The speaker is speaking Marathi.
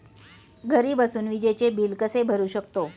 घरी बसून विजेचे बिल कसे भरू शकतो?